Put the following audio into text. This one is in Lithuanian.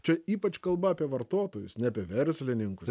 čia ypač kalba apie vartotojus ne apie verslininkus